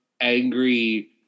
angry